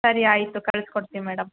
ಸರಿ ಆಯಿತು ಕಳ್ಸ್ಕೊಡ್ತೀವಿ ಮೇಡಮ್